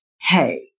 hey